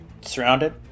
surrounded